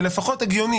זה לפחות הגיוני.